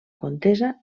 contesa